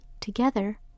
together